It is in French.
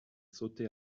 sauté